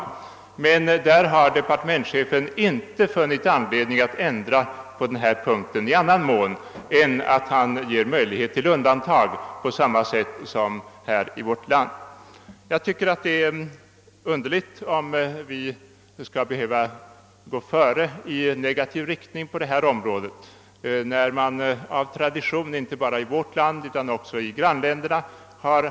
I denna finska proposition har departementschefen inte funnit anledning att ändra på den här punkten i annan mån än att han föreslår möjlighet till undantag på samma sätt som i vårt land. Jag tycker att det är underligt om vi skall behöva gå före i negativ riktning på detta område, när man av tradition har haft det här skyddet inte bara i vårt land utan också i grannländerna.